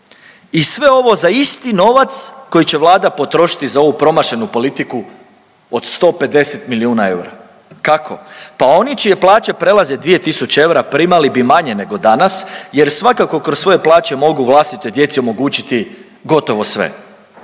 i sve ovo za isti novac koji će Vlada potrošiti za ovu promašenu politiku od 150 milijuna eura. Kako? Pa oni čije plaće prelaze 2.000 eura primali bi manje nego danas jer svakako kroz svoje plaće mogu vlastitoj djeci omogućiti gotovo sve,